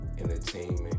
entertainment